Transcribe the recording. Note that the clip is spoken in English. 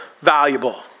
valuable